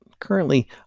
Currently